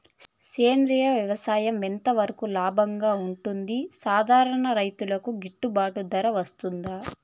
సేంద్రియ వ్యవసాయం ఎంత వరకు లాభంగా ఉంటుంది, సాధారణ రైతుకు గిట్టుబాటు ధర వస్తుందా?